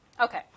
Okay